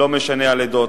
לא משנה העדה,